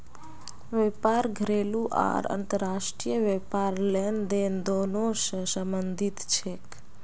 व्यापार घरेलू आर अंतर्राष्ट्रीय व्यापार लेनदेन दोनों स संबंधित छेक